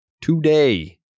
today